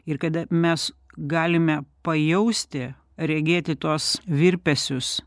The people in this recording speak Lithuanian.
ir kada mes galime pajausti regėti tuos virpesius